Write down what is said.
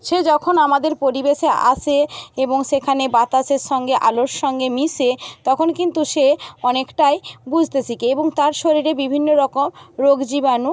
সে যখন আমাদের পরিবেশে আসে এবং সেখানে বাতাসের সঙ্গে আলোর সঙ্গে মিশে তখন কিন্তু সে অনেকটাই বুঝতে শিখে এবং তার শরীরে বিভিন্ন রকম রোগ জীবাণু